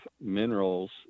minerals